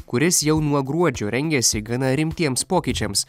kuris jau nuo gruodžio rengiasi gana rimtiems pokyčiams